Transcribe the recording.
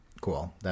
Cool